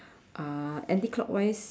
uh anti clockwise